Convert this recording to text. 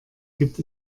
gibt